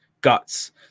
guts